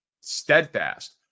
steadfast